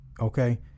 okay